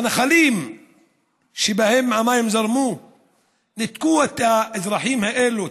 הנחלים שבהם המים זרמו ניתקו את האזרחים האלה,